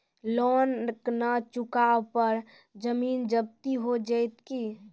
Loan न चुका पर जमीन जब्ती हो जैत की?